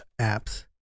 apps